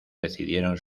decidieron